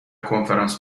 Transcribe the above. کنفرانس